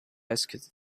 asked